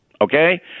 Okay